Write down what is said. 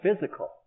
physical